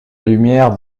lumière